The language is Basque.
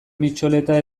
mitxoleta